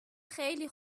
خیلی